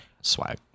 Swag